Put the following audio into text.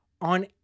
on